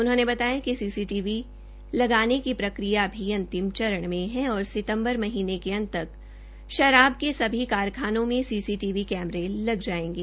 उन्होंने बताया कि सीसीधीवी लगने की प्रक्रिया भी अंतिम चरण में है और सितंबर महीने के अंत तक शराब के सभी कारखानों में सीसीधीवी कैमरे लग जाएंगे